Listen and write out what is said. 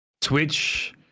Twitch